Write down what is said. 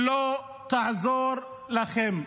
לא תעזור לכם.